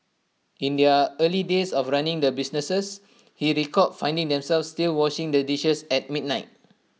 in their early days of running the businesses he recalled finding themselves still washing the dishes at midnight